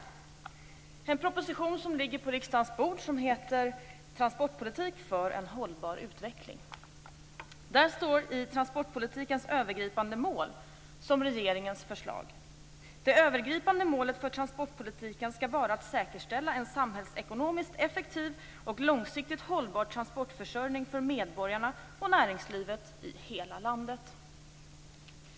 Det gäller då en proposition som ligger på riksdagens bord, Transportpolitik för en hållbar utveckling. Där kan man läsa: Regeringens förslag: Det övergripande målet för transportpolitiken skall vara att säkerställa en samhällsekonomiskt effektiv och långsiktigt hållbar transportförsörjning för medborgarna och näringslivet i hela landet."